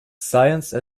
science